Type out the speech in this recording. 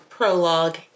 prologue